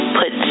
put